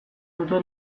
dute